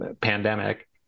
pandemic